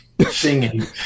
singing